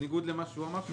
בניגוד למה שהוא אמר.